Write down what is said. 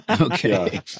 Okay